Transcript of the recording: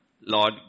Lord